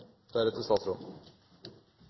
deretter